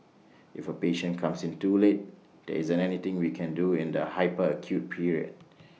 if A patient comes in too late there isn't anything we can do in the hyper acute period